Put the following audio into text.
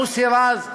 מוסי רז.